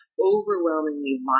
overwhelmingly